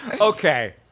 Okay